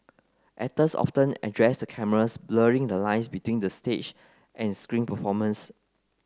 actors often addressed the cameras blurring the lines between the stage and screen performances